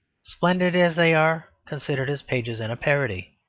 splendid as they are considered as pages in a parody.